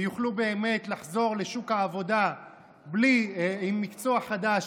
ויוכלו באמת לחזור לשוק העבודה עם מקצוע חדש